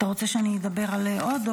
רוצה שאני אדבר עוד?